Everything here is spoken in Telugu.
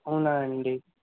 అవునా అండీ